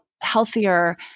healthier